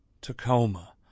Tacoma